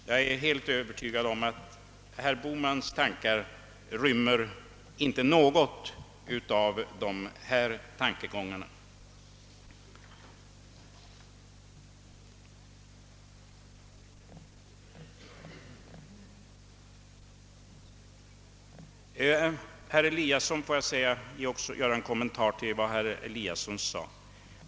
Jag är helt övertygad om att herr Bohmans ståndpunkt inte innehåller någon av dessa tankar. Jag vill också kommentera herr Eliassons i Sundborn anförande.